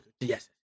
yes